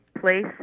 place